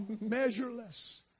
measureless